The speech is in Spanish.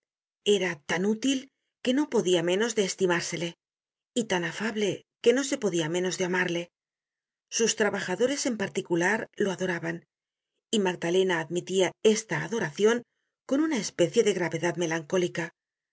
era tan útil que nopodia menos de estimársele y tan afable que no se podia menos de amarle sus trabajadores en particular lo adoraban y magdalena admitia esta adoracion con una especie de gravedad melancólica